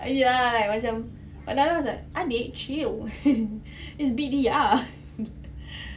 ya like macam but nana was like adik chill it's bidiah